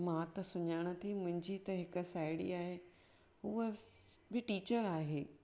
मा त सञाणा थी मुंहिंजी त हिक साहेड़ी आहे हूअ बि टीचर आहे